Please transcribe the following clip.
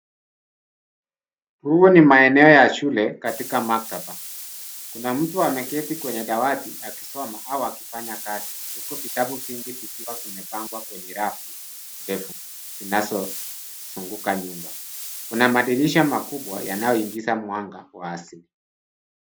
Huu ni maeneo ya shule katika maktaba. Kuna mtu ameketi kwenye dawati akisoma au akifanya kazi huku vitabu vingi vikiwa vimepangwa kwenye rafu ndefu zinazozunguka nyumba. Kuna madirisha makubwa yanayoingiza mwanga wa asili.